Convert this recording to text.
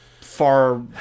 far